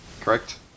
Correct